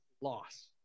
loss